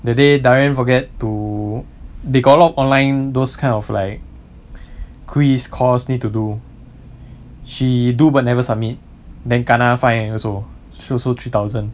the day darren forget to they got a lot of online those kind of like quiz course you need to do she do but never submit then kena fine also also three thousand